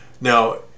Now